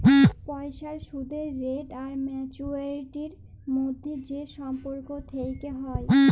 পইসার সুদের রেট আর ম্যাচুয়ারিটির ম্যধে যে সম্পর্ক থ্যাকে হ্যয়